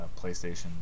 PlayStation